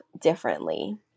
differently